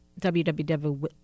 www